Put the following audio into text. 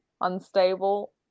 unstable